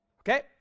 Okay